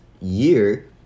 year